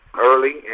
early